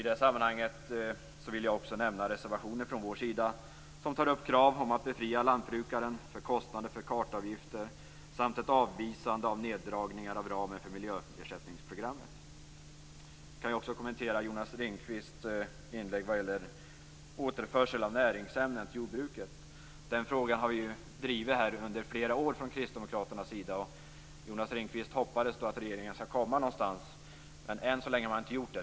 I det sammanhanget vill jag också nämna den reservation från vår sida som tar upp krav om att befria lantbrukaren från kostnader för kartavgifter samt ett avvisande av neddragningar av ramen för miljöersättningsprogrammet. Jag kan också kommentera Jonas Ringqvists inlägg om återförsel av näringsämnen till jordbruket. Den frågan har vi ju drivit här under flera år från kristdemokraternas sida. Jonas Ringqvist hoppades på att regeringen skall komma någonstans, men än så länge har den inte gjort det.